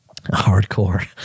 hardcore